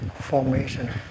formation